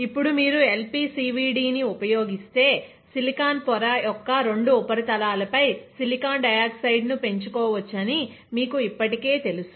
ఇప్పుడు మీరు LPCVD ని ఉపయోగిస్తే సిలికాన్ పొర యొక్క రెండు ఉపరితలాలపై సిలికాన్ డయాక్సైడ్ ను పెంచుకోవచ్చని మీకు ఇప్పటికే తెలుసు